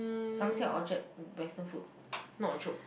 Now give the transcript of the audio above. Somerset or Orchard basement food not the Chope